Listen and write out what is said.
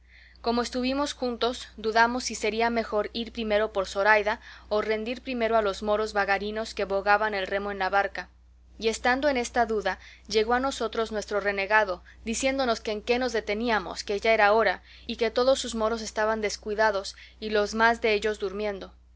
como estuvimos juntos dudamos si sería mejor ir primero por zoraida o rendir primero a los moros bagarinos que bogaban el remo en la barca y estando en esta duda llegó a nosotros nuestro renegado diciéndonos que en qué nos deteníamos que ya era hora y que todos sus moros estaban descuidados y los más dellos durmiendo